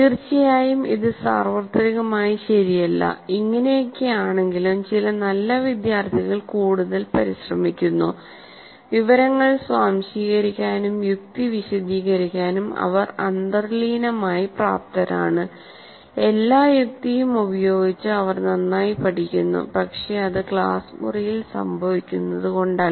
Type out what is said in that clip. തീർച്ചയായും ഇത് സാർവത്രികമായി ശരിയല്ലഇങ്ങനെയൊക്കെയാണെങ്കിലും ചില നല്ല വിദ്യാർത്ഥികൾ കൂടുതൽ പരിശ്രമിക്കുന്നു വിവരങ്ങൾ സ്വാംശീകരിക്കാനും യുക്തി വിശദീകരിക്കാനും അവർ അന്തർലീനമായി പ്രാപ്തരാണ് എല്ലാ യുക്തിയും പ്രയോഗിച്ച് അവർ നന്നായി പഠിക്കുന്നു പക്ഷേ അത് ക്ലാസ് മുറിയിൽ സംഭവിക്കുന്നതുകൊണ്ടല്ല